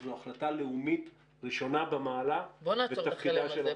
זאת החלטה לאומית ראשונה במעלה --- בואו נעצור את החלם הזה.